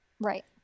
Right